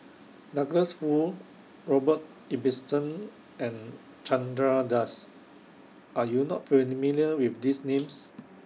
Douglas Foo Robert Ibbetson and Chandra Das Are YOU not with These Names